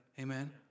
Amen